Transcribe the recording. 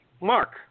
Mark